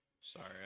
Sorry